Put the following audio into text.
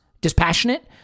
dispassionate